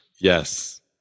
Yes